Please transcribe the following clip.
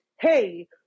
hey